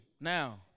Now